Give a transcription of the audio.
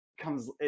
comes